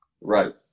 Right